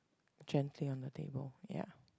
gently on the table ya